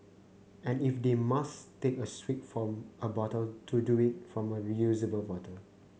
and if they must take a swig from a bottle to do it from a reusable bottle